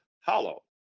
Hollow